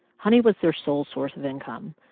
honey was their sole source of income,